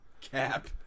Cap